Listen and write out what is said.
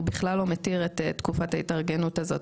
הוא בכלל לא מתיר את תקופת ההתארגנות הזאת,